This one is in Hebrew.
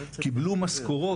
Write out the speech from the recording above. קיבלנו משכורות,